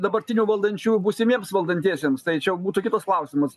dabartinių valdančiųjų būsimiems valdantiesiems tai čia jau būtų kitas klausimas